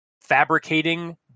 fabricating